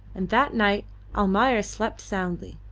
and that night almayer slept soundly,